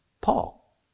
Paul